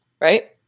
right